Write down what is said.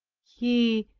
he,